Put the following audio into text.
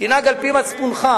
תנהג על-פי מצפונך.